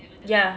ya